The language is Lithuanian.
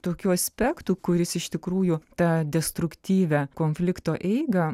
tokių aspektų kuris iš tikrųjų ta destruktyvia konflikto eiga